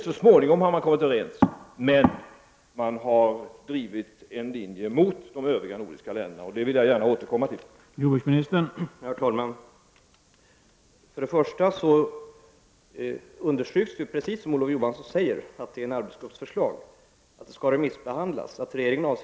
Så småningom har länderna kommit överens, men Sverige har drivit en linje mot de övriga nordiska länderna. Jag vill gärna återkomma till denna fråga.